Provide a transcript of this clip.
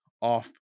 off